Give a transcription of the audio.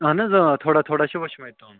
اَہَن حظ آ تھوڑا تھوڑا چھِ وُچھمٕتۍ تِم